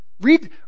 Read